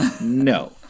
No